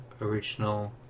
original